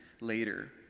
later